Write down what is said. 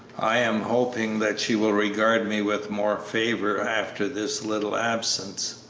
i am hoping that she will regard me with more favor after this little absence.